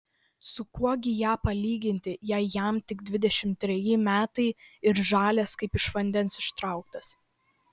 su kuom gi ją palyginti jei jam tik dvidešimt treji metai ir žalias kaip iš vandens ištrauktas